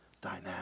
dynamic